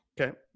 Okay